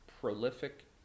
prolific